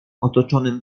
otoczonym